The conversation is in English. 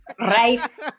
right